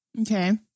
okay